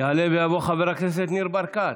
יעלה ויבוא חבר הכנסת ניר ברקת,